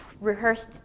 rehearsed